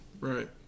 right